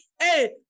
Hey